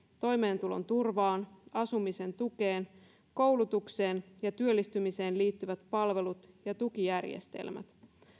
toimeentulon turvaan asumisen tukeen koulutukseen ja työllistymiseen liittyvät palvelut ja tukijärjestelmät